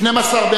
התשע"ב 2012,